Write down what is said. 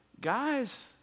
guys